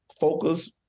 focus